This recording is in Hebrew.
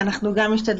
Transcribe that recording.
אנחנו מדברים על מצב שבו,